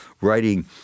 writing